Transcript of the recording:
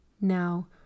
Now